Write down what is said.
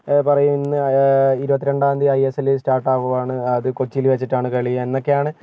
പറയും ഇന്ന ഇരുപത്തി രണ്ടാം തിയ്യതി ഐ എസ് എൽ സ്റ്റാർട്ട് ആകുകയാണ് അത് കൊച്ചിയിൽ വെച്ചിട്ടാണ് കളി എന്നൊക്കെയാണ്